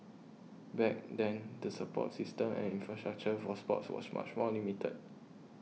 back then the support system and infrastructure for sports was much more limited